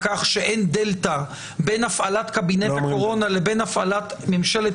כך שאין דלתא בין הפעלת קבינט הקורונה לבין הפעלת ממשלת